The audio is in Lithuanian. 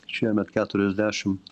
šiemet keturiasdešim